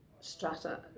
strata